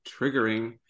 triggering